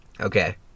Okay